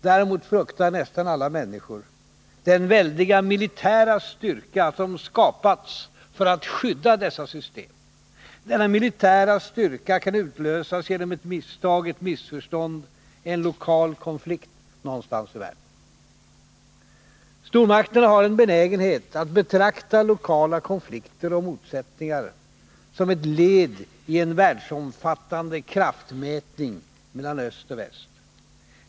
Däremot fruktar nästan alla människor den väldiga militära styrka som skapats för att skydda dessa system. Denna militära styrka kan utlösas genom ett misstag, ett missförstånd, en lokal konflikt någonstans i världen. Stormakterna har en benägenhet att betrakta lokala konflikter och motsättningar som ett led i en världsomfattande kraftmätning mellan öst och väst.